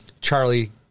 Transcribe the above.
Charlie